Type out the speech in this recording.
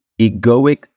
egoic